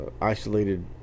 isolated